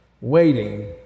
waiting